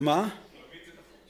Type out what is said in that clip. מה?